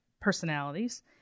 personalities